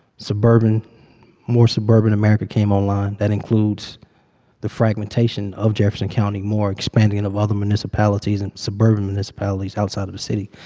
suburban more suburban america came online. that includes the fragmentation of jefferson county, more expanding and of other municipalities in and suburban municipalities outside of the city